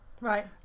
right